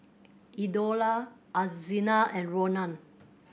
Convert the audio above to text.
Eudora Alzina and Ronan